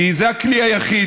כי זה הכלי היחיד.